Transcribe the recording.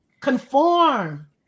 Conform